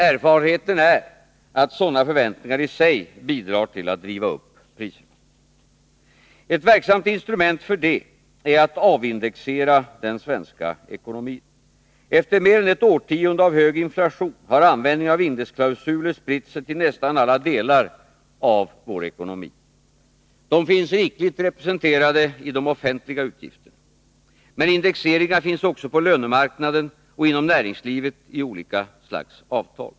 Erfarenheten är att sådana förväntningar i sig bidrar till att driva upp priserna. Ett verksamt instrument för det är att avindexera den svenska ekonomin. Efter mer än ett årtionde av hög inflation har användningen av indexklausuler spritt sig till nästan alla delar av vår ekonomi. De finns rikligt representerade i de offentliga utgifterna. Men indexeringar finns också på lönemarknaden och inom näringslivet i olika slags avtal.